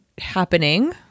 happening